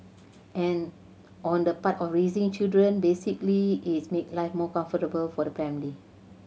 and on the part of raising children basically its make life more comfortable for the family